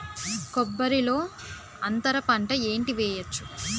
కొబ్బరి లో అంతరపంట ఏంటి వెయ్యొచ్చు?